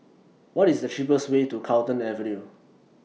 What IS The cheapest Way to Carlton Avenue